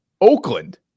Oakland